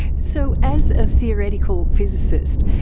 so as a theoretical physicist,